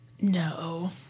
No